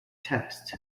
test